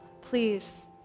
please